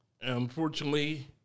Unfortunately